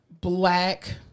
Black